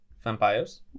vampires